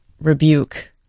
rebuke